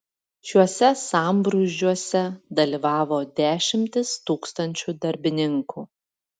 šiuose sambrūzdžiuose dalyvavo dešimtys tūkstančių darbininkų